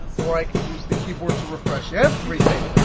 or i could use the keyboard to refresh everything,